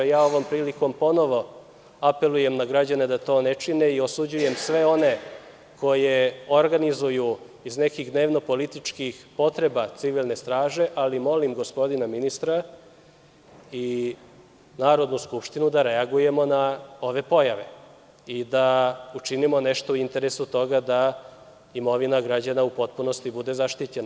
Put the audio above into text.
Ja ovom prilikom ponovo apelujem na građane da to ne čine i osuđujem sve one koje organizuju iz nekih dnevno-političkih potreba civilne straže ali molim gospodina ministra i Narodnu skupštinu da reagujemo na ove pojave i da učinimo nešto u interesu toga da imovina građana u potpunosti bude zaštićena.